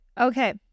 okay